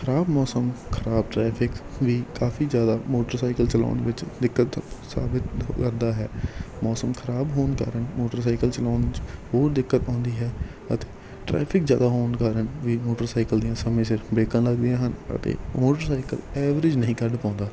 ਖ਼ਰਾਬ ਮੌਸਮ ਖ਼ਰਾਬ ਟਰੈਫਿਕ ਵੀ ਕਾਫੀ ਜ਼ਿਆਦਾ ਮੋਟਰਸਾਈਕਲ ਚਲਾਉਣ ਵਿੱਚ ਦਿੱਕਤ ਦਾ ਸਾਬਤ ਕਰਦਾ ਹੈ ਮੌਸਮ ਖ਼ਰਾਬ ਹੋਣ ਕਾਰਨ ਮੋਟਰਸਾਈਕਲ ਚਲਾਉਣ ਵਿੱਚ ਹੋਰ ਦਿੱਕਤ ਆਉਂਦੀ ਹੈ ਅਤੇ ਟਰੈਫਿਕ ਜ਼ਿਆਦਾ ਹੋਣ ਕਾਰਨ ਵੀ ਮੋਟਰਸਾਈਕਲ ਦੀਆਂ ਸਮੇਂ ਸਿਰ ਬਰੇਕਾਂ ਲੱਗਦੀਆਂ ਹਨ ਅਤੇ ਮੋਟਰਸਾਈਕਲ ਐਵਰੇਜ ਨਹੀਂ ਕੱਢ ਪਾਉਂਦਾ